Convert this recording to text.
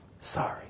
sorry